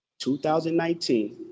2019